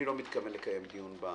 אני לא מתכוון לקיים דיון בתקנות,